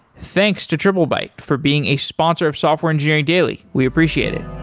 thanks to triplebyte for being a sponsor of software engineering daily. we appreciate it.